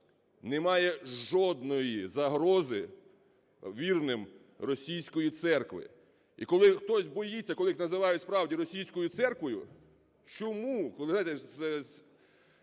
Немає жодної загрози вірним російської церкви. І коли хтось боїться, коли їх називають справді "російською церквою", чому,